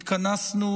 התכנסנו,